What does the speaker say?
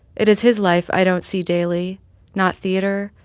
it is his life i don't see daily not theater,